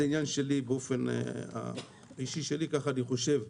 זה עניין אישי שלי, כך אני חושב.